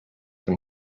been